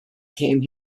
came